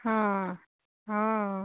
ହଁ ହଁ